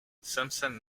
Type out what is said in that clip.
simpson